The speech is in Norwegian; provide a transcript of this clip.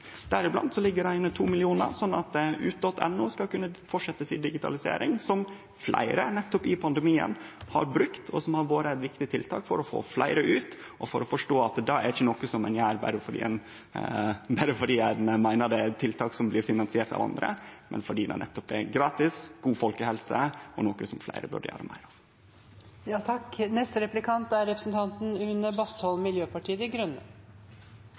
Deriblant ligg det inne 2 mill. kr, slik at ut.no skal kunne fortsetje si digitalisering, som fleire har brukt under pandemien, og som har vore eit viktig tiltak for å få fleire ut og for å forstå at det ikkje er noko ein gjer berre fordi ein meiner det er eit tiltak som blir finansiert av andre, men nettopp fordi det er gratis, god folkehelse og noko som fleire burde gjere meir. Jeg har vært ganske skuffet over Kristelig Folkeparti i regjering når det gjelder klima. Dette er